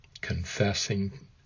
confessing